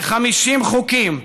כ-50 חוקים,